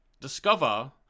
discover